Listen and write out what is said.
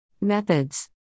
Methods